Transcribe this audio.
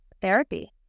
therapy